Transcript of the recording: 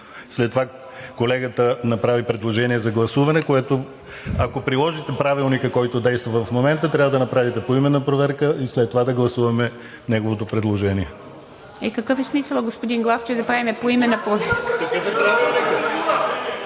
все пак колегата направи предложение за гласуване, което, ако приложите Правилника, който действа в момента, трябва да направите поименна проверка и след това да гласуваме неговото предложение. ПРЕДСЕДАТЕЛ ИВА МИТЕВА: И какъв е смисълът, господин Главчев, да правим поименна проверка?